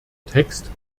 text